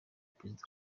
perezida